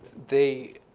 they